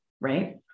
right